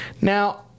Now